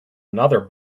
another